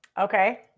Okay